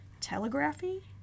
telegraphy